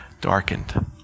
darkened